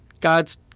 God's